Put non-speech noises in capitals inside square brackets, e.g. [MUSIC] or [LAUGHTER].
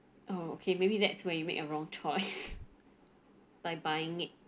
oh okay maybe that's where you made a wrong choice [NOISE] by buying it